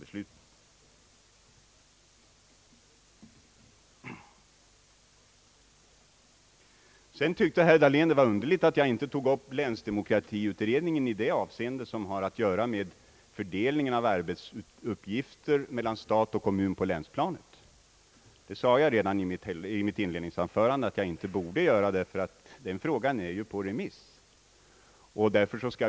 Herr Dahlén tyckte vidare att det var underligt att jag inte tog upp länsdemokratiutredningen i det avseende som har att göra med fördelningen av arbetsuppgifter mellan stat och kommun på länsplanet, Redan i mitt inled ningsanförande sade jag emellertid att jag inte borde ta upp den frågan, eftersom den är på remiss.